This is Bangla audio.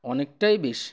অনেকটাই বেশ